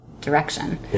direction